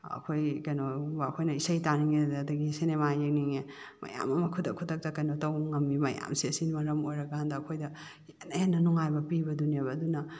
ꯑꯩꯈꯣꯏꯒꯤ ꯀꯩꯅꯣꯒꯨꯝꯕ ꯑꯩꯈꯣꯏꯅ ꯏꯁꯩ ꯇꯥꯅꯤꯡꯉꯦꯗꯅ ꯑꯗꯒꯤ ꯁꯦꯅꯦꯃꯥ ꯌꯦꯡꯅꯤꯡꯉꯦ ꯃꯌꯥꯝ ꯑꯃ ꯈꯨꯗꯛ ꯈꯨꯗꯛꯇ ꯀꯩꯅꯣ ꯇꯧ ꯉꯝꯃꯤ ꯃꯌꯥꯝꯁꯦ ꯁꯤꯅ ꯃꯔꯝ ꯑꯣꯏꯔꯀꯥꯟꯗ ꯑꯩꯈꯣꯏꯗ ꯍꯦꯟꯅ ꯍꯦꯟꯅ ꯅꯨꯡꯉꯥꯏꯕ ꯄꯤꯕꯗꯨꯅꯦꯕ ꯑꯗꯨꯅ